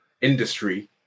industry